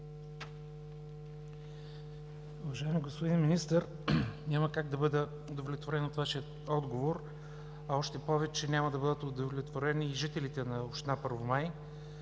Уважаеми господин Министър, няма как да бъде удовлетворен от Вашия отговор, още повече няма да бъдат удовлетворени и жителите на община Първомай.